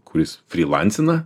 kuris frylancina